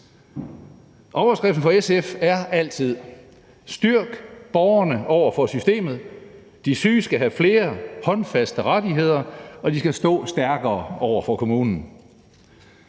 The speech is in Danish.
Overskriften for SF er altid: Styrk borgerne over for systemet; de syge skal have flere håndfaste rettigheder, og de skal stå stærkere over for kommunen.